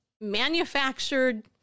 manufactured